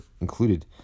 included